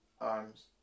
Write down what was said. arms